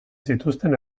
zituzten